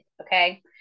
okay